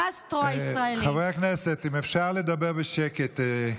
הקסטרו הישראלי, חברי הכנסת, אם אפשר לדבר בשקט.